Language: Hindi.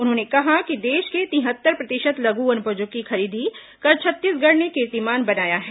उन्होंने कहा कि देश के तिहत्तर प्रतिशत लघु वनोपजों की खरीदी कर छत्तीसगढ़ ने कीर्तिमान बनाया है